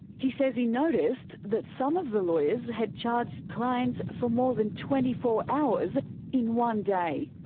he says he noticed that some of the lawyers had charged clients for more than twenty four hours in one day.